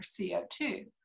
CO2